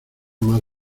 más